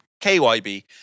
KYB